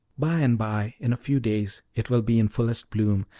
by-and-by, in a few days, it will be in fullest bloom,